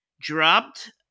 dropped